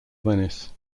venice